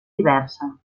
diversa